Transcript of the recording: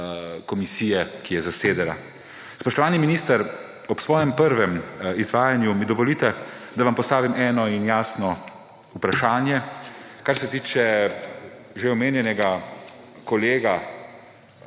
komisije, ki je zasedala. Spoštovani minister, ob svojem prvem izvajanju mi dovolite, da vam postavim eno in jasno vprašanje, kar se tiče že omenjenega kolega,